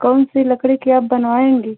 कौन सी लकड़ी की आप बनवाएंगी